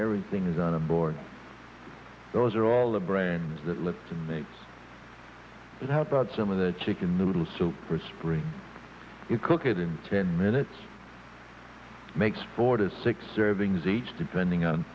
everything is on the board those are all the brains that look to make it help out some of the chicken noodle soup for spring you cook it in ten minutes makes four to six servings each depending on